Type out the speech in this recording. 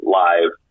live